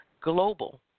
Global